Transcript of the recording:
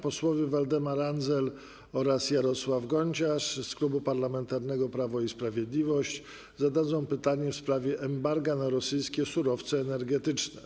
Posłowie Waldemar Andzel oraz Jarosław Gonciarz z Klubu Parlamentarnego Prawo i Sprawiedliwość zadadzą pytanie w sprawie embarga na rosyjskie surowce energetyczne.